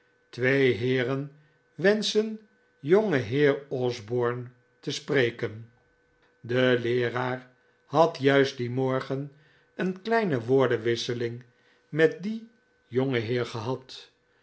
twee heeren wenschen jongeheer osborne te spreken de leeraar had juist dien morgen een kleine woordenwisseling met dien jongenheer gehad